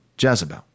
Jezebel